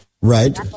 right